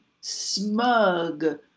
smug